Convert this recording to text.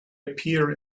appear